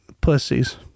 pussies